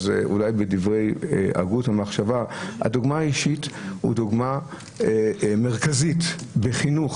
אז אולי בדברי הגות או מחשבה הדוגמה האישית היא דוגמה מרכזית בחינוך.